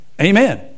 Amen